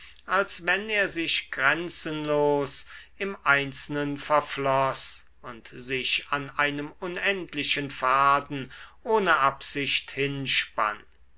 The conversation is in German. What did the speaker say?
als wenn er sich grenzenlos im einzelnen verfloß und sich an einem unendlichen faden ohne absicht hinspann